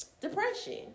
depression